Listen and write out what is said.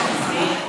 לא ייאמן.